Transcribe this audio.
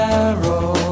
arrow